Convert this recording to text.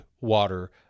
water